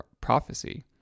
prophecy